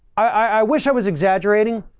i, i wish i was exaggerating,